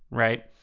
right